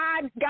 God